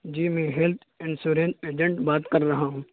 جی میں health insurance agent بات کر رہا ہوں